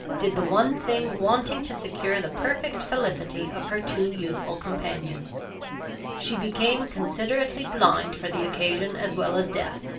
did the one thing wanting to secure the perfect felicity of her two youthful companions she became considerately blind for the occasion, as well as deaf.